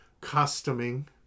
costuming